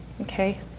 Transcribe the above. Okay